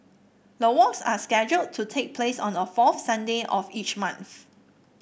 the walks are scheduled to take place on the fourth Sunday of each month